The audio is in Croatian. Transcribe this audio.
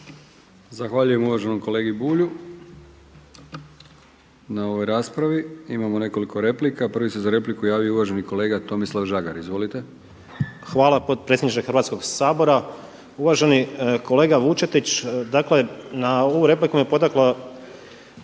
Zahvaljujem uvaženom kolegi Miri Bulju na ovoj raspravi. Imamo nekoliko replika. Prvi se za repliku javio uvaženi kolega Tomislav Žagar. **Žagar, Tomislav (Nezavisni)** Hvala potpredsjedniče Hrvatskoga sabora. Uvaženi kolega Vučetić, dakle na ovu repliku me potaknuo